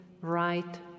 right